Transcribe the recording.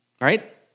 right